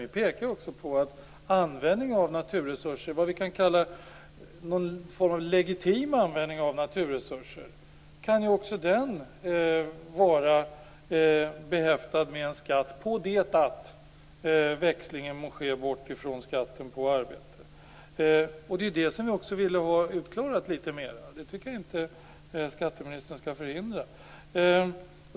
Vi pekar också på att även vad man kan kalla en legitim användning av naturresurser kan vara behäftad med en skatt, på det att växling må ske bort från skatt på arbete. Detta ville vi ha litet mera utklarat, och det tycker jag inte att skatteministern skall förhindra.